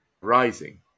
rising